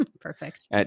perfect